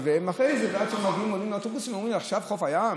ואחרי זה עד שהם מגיעים ועולים לאוטובוסים אומרים: עכשיו חוף הים?